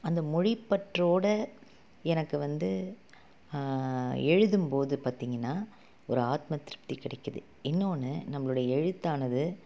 அந்த மொழிபற்றோடு எனக்கு வந்து எழுதும்போது பார்த்திங்கன்னா ஒரு ஆத்மதிருப்தி கிடைக்கிது இன்னோன்று நம்பளோடைய எழுத்தானது